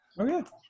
Okay